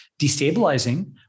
destabilizing